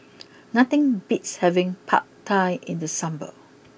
nothing beats having Pad Thai in the summer